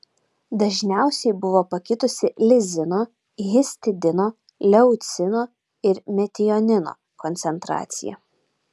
dažniausiai buvo pakitusi lizino histidino leucino ir metionino koncentracija